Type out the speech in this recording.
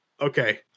okay